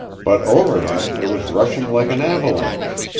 but over him it was rushing like an avalanche.